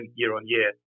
year-on-year